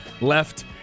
left